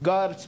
God